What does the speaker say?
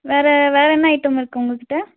வேறு வேறு என்ன ஐட்டம் இருக்குது உங்கக்கிட்டே